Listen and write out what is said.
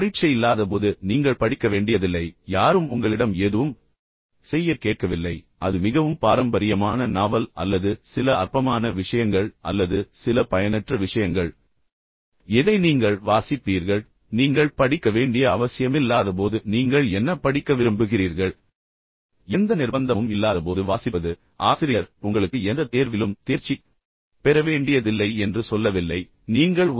பரீட்சை இல்லாதபோது நீங்கள் படிக்க வேண்டியதில்லை யாரும் உங்களிடம் எதுவும் செய்யக் கேட்கவில்லை அது மிகவும் பாரம்பரியமான நாவல் அல்லது சில அற்பமான விஷயங்கள் அல்லது சில பயனற்ற விஷயங்கள் எதை நீங்கள் வாசிப்பீர்கள் நீங்கள் படிக்க வேண்டிய அவசியமில்லாதபோது நீங்கள் என்ன படிக்க விரும்புகிறீர்கள் எந்த நிர்பந்தமும் இல்லாதபோது வாசிப்பது ஆசிரியர் உங்களுக்கு எந்த தேர்விலும் தேர்ச்சி பெற வேண்டியதில்லை என்று சொல்லவில்லை நீங்கள் என்ன படிப்பீர்கள் என்பது ஆஸ்கார் வைல்டுக்கு தீர்மானிக்கிறது